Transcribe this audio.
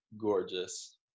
gorgeous